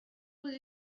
will